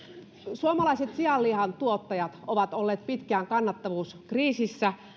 suomalaiset sianlihantuottajat ovat olleet pitkään kannattavuuskriisissä